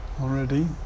already